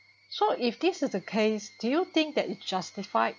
so if this is the case do you think that it's justified